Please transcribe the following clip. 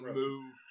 move